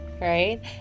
right